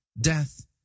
Death